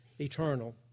eternal